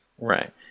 Right